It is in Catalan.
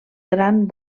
gran